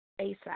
ASAP